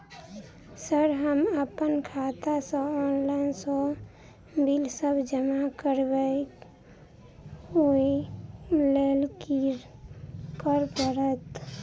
Sir हम अप्पन खाता सऽ ऑनलाइन सऽ बिल सब जमा करबैई ओई लैल की करऽ परतै?